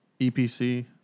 EPC